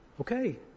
Okay